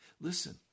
Listen